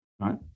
right